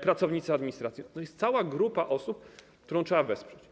pracownicy administracji - to jest cała grupa osób, którą trzeba wesprzeć.